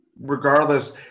regardless